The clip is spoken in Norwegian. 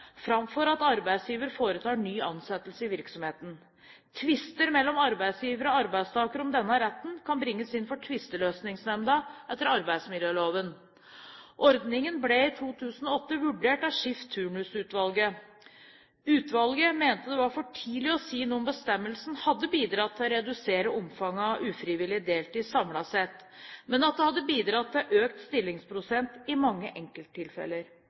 framfor at arbeidsgiver foretar ny ansettelse i virksomheten. Tvister mellom arbeidsgiver og arbeidstaker om denne retten kan bringes inn for tvisteløsningsnemnda etter arbeidsmiljøloven. Ordningen ble i 2008 vurdert av Skift/turnusutvalget. Utvalget mente det var for tidlig å si om bestemmelsen hadde bidratt til å redusere omfanget av ufrivillig deltid samlet sett, men at det hadde bidratt til økt stillingsprosent i mange enkelttilfeller.